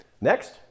Next